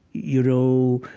you know,